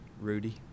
Rudy